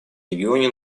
регионе